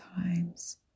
times